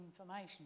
information